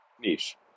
niche